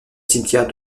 cimetière